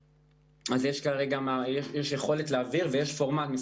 כרגע יש יכולת להעביר ויש פורמט.